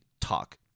talk